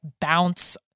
bounce